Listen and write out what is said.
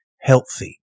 Healthy